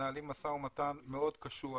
מנהלים משא ומתן מאוד קשוח